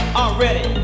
already